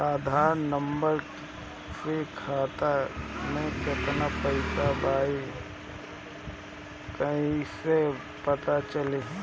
आधार number से खाता में केतना पईसा बा ई क्ईसे पता चलि?